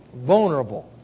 Vulnerable